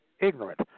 ignorant